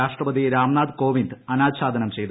രാഷ്ട്രപതി രാംനാഥ് കോവിന്ദ് അനാച്ഛാദനം ചെയ്തു